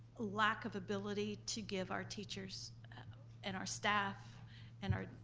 lack of ability to give our teachers and our staff and our,